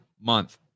month